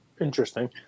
Interesting